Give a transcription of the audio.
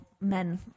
men